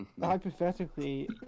Hypothetically